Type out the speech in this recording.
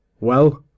Well